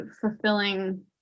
fulfilling